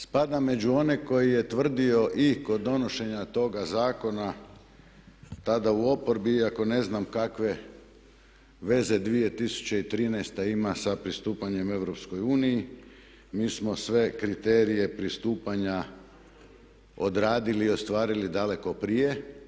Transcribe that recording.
Spadam među one koji je tvrdio i kod donošenja toga zakona tada u oporbi iako ne znam kakve veze 2013. ima sa pristupanjem EU, mi smo sve kriterije pristupanja odradili i ostvarili daleko prije.